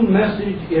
message